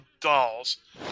dolls